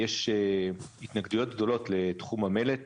ורשאי המנהל לפרסם הודעה כאמור באתר האינטרנט של המשרד.